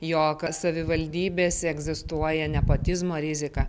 jog savivaldybėse egzistuoja nepotizmo rizika